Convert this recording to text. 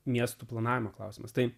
miestų planavimo klausimas tai